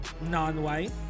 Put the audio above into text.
non-white